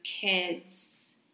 kids